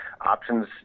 Options